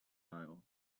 aisle